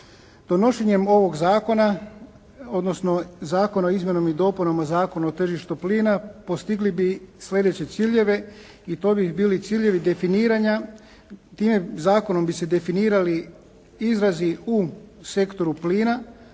Donošenjem ovog zakona, odnosno Zakona o izmjenama i dopunama Zakona o tržištu plina postigli bi sljedeće ciljeve i to bi bili ciljevi definiranja, zakonom bi se definirali izrazi u sektoru plina,